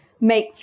make